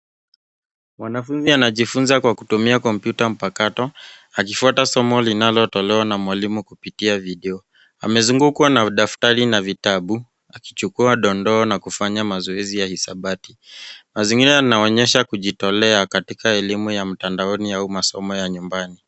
Mwanafunzi anajifunza kwa kutumia kompyuta mpakato akifuata somo linalotolewa na mwalimu kupitia video. Amezungukwa na daftari na vitabu akichukua dondoo na kufanya mazoezi ya hisabati . Mazingira yanaonyesha kujitolea katika elimu ya mtandaoni au masomo ya nyumbani.